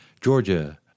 Georgia